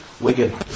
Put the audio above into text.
Wigan